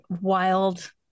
wild